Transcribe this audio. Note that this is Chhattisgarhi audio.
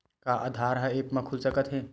का आधार ह ऐप म खुल सकत हे?